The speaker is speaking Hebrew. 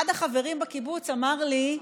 אחד החברים בקיבוץ אמר לי: